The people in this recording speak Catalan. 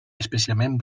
especialment